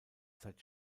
zeit